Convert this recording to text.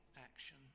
action